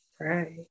right